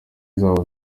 zabo